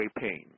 pain